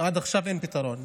עד עכשיו אין פתרון,